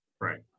right